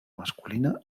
masculina